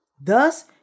thus